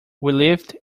lived